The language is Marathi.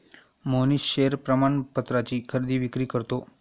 मोहनीश शेअर प्रमाणपत्राची खरेदी विक्री करतो